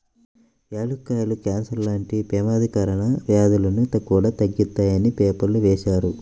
యాలుక్కాయాలు కాన్సర్ లాంటి పెమాదకర వ్యాధులను కూడా తగ్గిత్తాయని పేపర్లో వేశారు